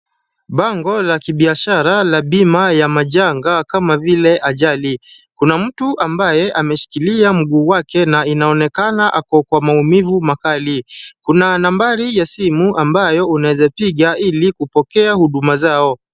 Bango la kibiashara la bima ya majanga kama vile ajali. Kuna mtu ambaye ameshikilia mguu wake na inaonekana ako kwa maumivu makali. Kuna nambari ya simu ambayo unaweza piga ili kupokea huduma zao.